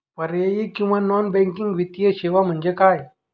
पर्यायी किंवा non banking वित्तीय सेवा म्हणजे काय?